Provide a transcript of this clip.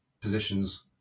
positions